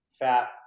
fat